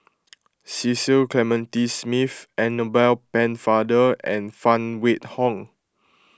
Cecil Clementi Smith Annabel Pennefather and Phan Wait Hong